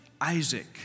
Isaac